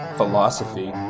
philosophy